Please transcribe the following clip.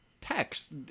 text